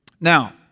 Now